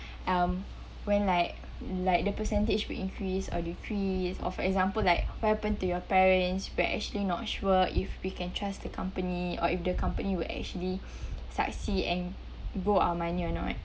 um when like like the percentage will increase or decrease or for example like what happened to your parents we're actually not sure if we can trust the company or if the company will actually succeed and grow our money or not